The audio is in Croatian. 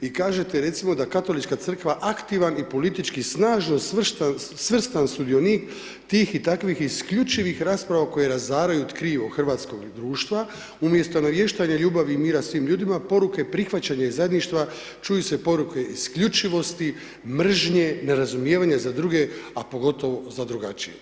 I kažete da Katolička crkva, aktivan i politički snažno svrstan sudionik tih i takvih isključivih rasprava koje razaraju tkivo hrvatskog društva umjesto navještenje ljubavi i mira svim ljudima, poruke prihvaćanje i zajedništva, čuju se poruke isključivosti, mržnje, nerazumijevanje za druge a pogotovo za drugačije.